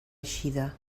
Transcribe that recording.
eixida